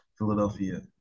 Philadelphia